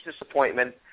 disappointment